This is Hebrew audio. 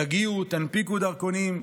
תגיעו, תנפיקו דרכונים,